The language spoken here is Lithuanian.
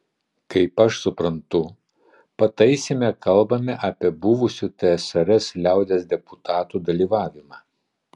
kaip aš suprantu pataisyme kalbame apie buvusių tsrs liaudies deputatų dalyvavimą